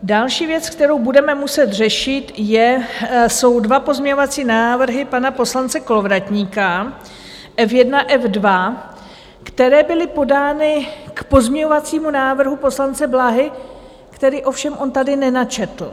Další věc, kterou budeme muset řešit, jsou dva pozměňovací návrhy pana poslance Kolovratníka, F1, F2, které byly podány k pozměňovacímu návrhu poslance Blahy, který ovšem on tady nenačetl.